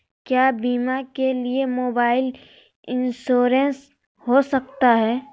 क्या बीमा के लिए मोबाइल इंश्योरेंस हो सकता है?